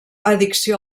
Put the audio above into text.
addicció